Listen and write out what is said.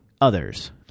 others